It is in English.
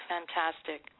Fantastic